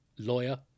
Lawyer